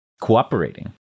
cooperating